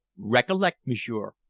recollect, m'sieur,